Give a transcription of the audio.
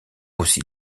aussi